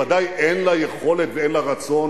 ודאי אין לה יכולת ואין לה רצון,